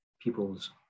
people's